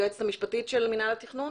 היועמ"ש של מינהל התכנון.